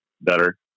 better